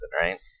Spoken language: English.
right